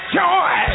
joy